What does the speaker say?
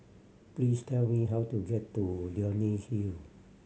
please tell me how to get to Leonie Hill